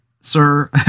sir